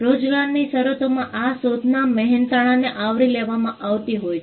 રોજગારની શરતોમાં આ શોધના મહેનતાણાને આવરી લેવામાં આવી હોય છે